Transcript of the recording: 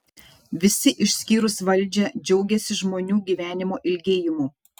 visi išskyrus valdžią džiaugiasi žmonių gyvenimo ilgėjimu